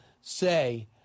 say